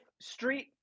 street